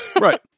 Right